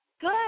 good